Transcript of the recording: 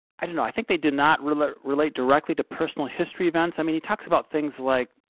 i don't know, i think they do not relate relate directly to personal history events. i mean, he talks about things like, you